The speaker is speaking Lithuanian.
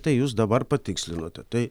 tai jūs dabar patikslinote tai